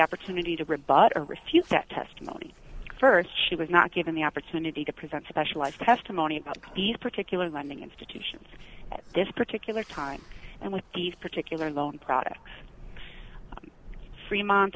opportunity to rebut or refute that testimony first she was not given the opportunity to present specialized testimony about these particular lending institutions at this particular time and with these particular loan products freemont